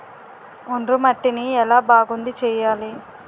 ఒండ్రు మట్టిని ఎలా బాగుంది చేయాలి?